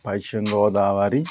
Paschim Godavari